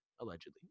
allegedly